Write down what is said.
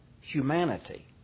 humanity